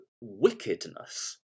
wickedness